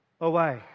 away